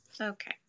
Okay